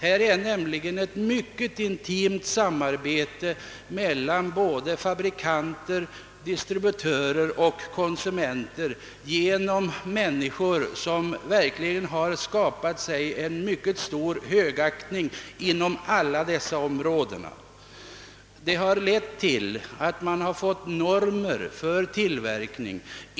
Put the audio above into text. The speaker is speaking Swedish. Här förekommer nämligen ett mycket intimt samarbete mel lan fabrikanter, distributörer och konsumenter som verkligen tillvunnit sig en mycket stor uppskattning inom alla dessa områden. Det har lett till att man fått normer för tillverkning.